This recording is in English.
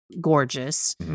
gorgeous